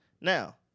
Now